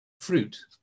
fruit